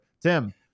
Tim